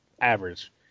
average